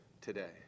today